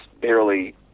barely